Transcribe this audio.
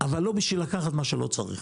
אבל לא בשביל לקחת מה שלא צריך